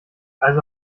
also